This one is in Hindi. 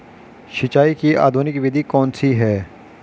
सिंचाई की आधुनिक विधि कौन सी है?